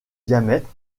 diamètre